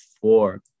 four